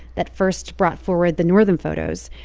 that first brought forward the northam photos.